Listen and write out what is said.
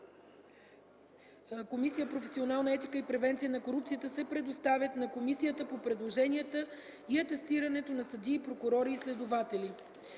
Комисия „Професионална етика и превенция на корупцията” се предоставят на Комисията по предложенията и атестирането на съдии, прокурори и следователи.